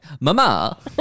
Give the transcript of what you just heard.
mama